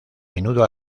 menudo